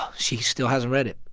ah she still hasn't read it.